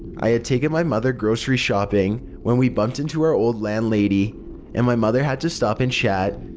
i had taken my mother grocery shopping when we bumped into our old land lady and my mother had to stop and chat.